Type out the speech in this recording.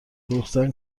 فروختن